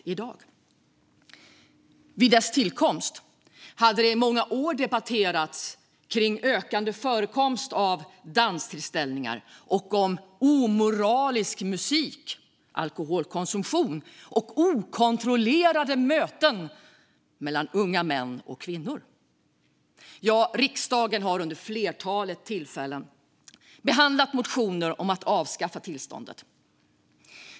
Vid bestämmelsens tillkomst hade det i många år debatterats om ökande förekomst av danstillställningar och om "omoralisk" musik, alkoholkonsumtion och okontrollerade möten mellan unga män och kvinnor. Riksdagen har vid ett flertal tillfällen behandlat motioner om att avskaffa tillståndet.